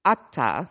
Atta